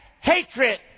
hatred